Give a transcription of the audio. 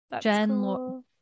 Jen